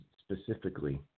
specifically